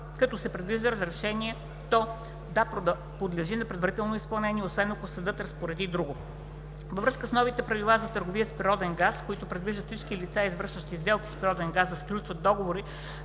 като се предвижда решението да подлежи на предварително изпълнение, освен ако съдът разпореди друго. Във връзка с новите Правила за търговия с природен газ, които предвиждат всички лица, извършващи сделки с природен газ, да сключват договори